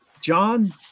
John